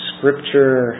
Scripture